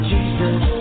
Jesus